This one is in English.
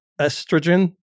estrogen